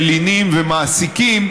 מלינים ומעסיקים,